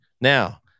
Now